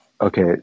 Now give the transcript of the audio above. Okay